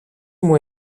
μου